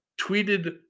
tweeted